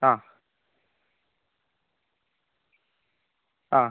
ആ ആ